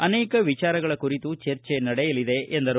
ಅನೇಕ ವಿಚಾರಗಳ ಕುರಿತು ಚರ್ಚೆ ನಡೆಯಲಿದೆ ಎಂದರು